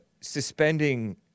suspending